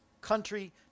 country